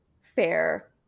fair